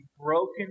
broken